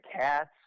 cats